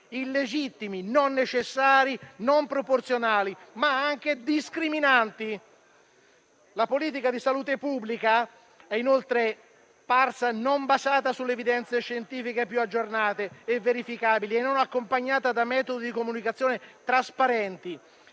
illegittimi, non necessari, non proporzionali, ma anche discriminanti. La politica di salute pubblica è inoltre parsa non basata sulle evidenze scientifiche più aggiornate e verificabili e non accompagnata da metodi di comunicazione trasparenti.